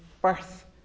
birth